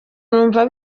numva